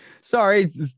Sorry